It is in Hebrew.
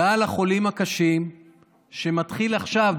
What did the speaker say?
גל החולים הקשים שמתחיל עכשיו,